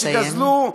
שגזלו,